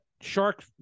Shark